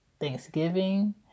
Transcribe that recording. Thanksgiving